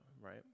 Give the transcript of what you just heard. Right